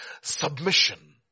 submission